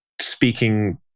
Speaking